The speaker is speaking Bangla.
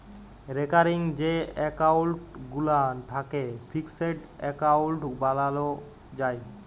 রেকারিং যে এক্কাউল্ট গুলান থ্যাকে ফিকসেড এক্কাউল্ট বালালো যায়